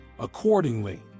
Accordingly